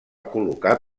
col·locar